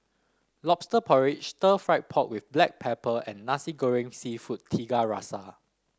lobster porridge stir fry pork with Black Pepper and Nasi Goreng seafood Tiga Rasa